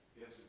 Yes